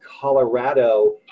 Colorado